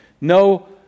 No